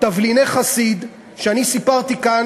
"תבליני חסיד" שאני סיפרתי כאן,